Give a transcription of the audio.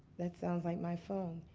that sounds like my phone.